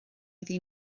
iddi